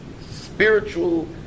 spiritual